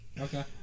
Okay